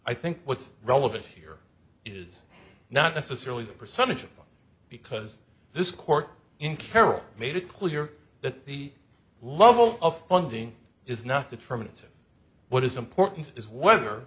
i think what's relevant here is not necessarily the percentage of because this court in carroll made it clear that the lovell of funding is not the tremonton what is important is whether